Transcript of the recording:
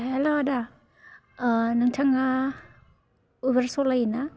हेल' आदा नोंथाङा उबार सलायो ना